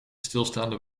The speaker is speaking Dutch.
stilstaande